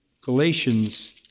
Galatians